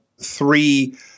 three